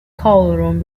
cauldron